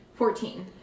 Fourteen